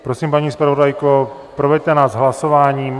Prosím, paní zpravodajko, proveďte nás hlasováním.